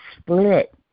split